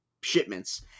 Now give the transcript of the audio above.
shipments